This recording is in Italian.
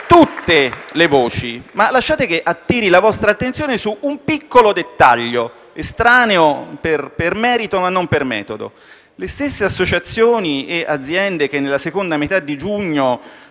tutte le voci, ma, colleghi, lasciate che attiri la vostra attenzione su un piccolo dettaglio, estraneo per merito, ma non per metodo. Le stesse associazioni e aziende che nella seconda metà di giugno,